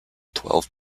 twelve